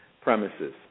premises